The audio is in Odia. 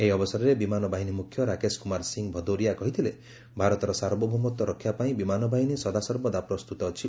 ଏହି ଅବସରରେ ବିମାନ ବାହିନୀ ମୁଖ୍ୟ ରାକେଶ୍ କୁମାର ସିଂହ ଭଦୌରିଆ କହିଥିଲେ ଭାରତର ସାର୍ବଭୌମତ୍ୱ ରକ୍ଷାପାଇଁ ବିମାନ ବାହିନୀ ସଦାସର୍ବଦା ପ୍ରସ୍ତୁତ ଅଛି